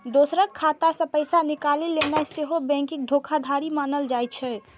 दोसरक खाता सं पैसा निकालि लेनाय सेहो बैंकिंग धोखाधड़ी मानल जाइ छै